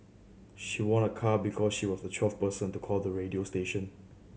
she won a car because she was the twelfth person to call the radio station